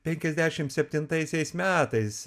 penkiasdešim septintaisiais metais